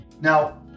now